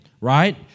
right